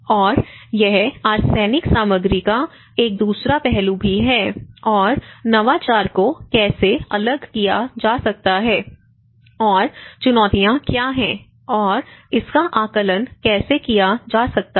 और यह आर्सेनिक सामग्री का एक दूसरा पहलू भी है और नवाचार को कैसे अलग किया जा सकता है और चुनौतियां क्या हैं और इसका आकलन कैसे किया जा सकता है